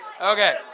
Okay